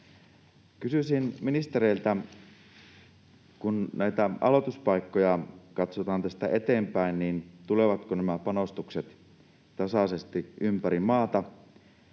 Kysyisin ministereiltä: Kun näitä aloituspaikkoja katsotaan tästä eteenpäin, tulevatko nämä panostukset tasaisesti ympäri maata?